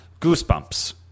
Goosebumps